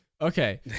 okay